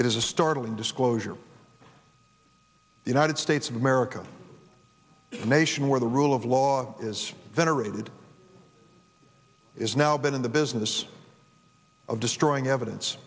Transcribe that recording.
is a startling disclosure the united states of america a nation where the rule of law is venerated is now been in the business of destroying evidence